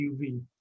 UV